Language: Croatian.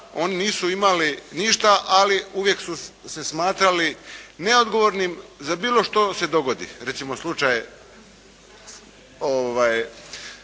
oni nisu imali ništa ali uvijek su se smatrali neodgovornim za bilo što se dogodi. Recimo slučaj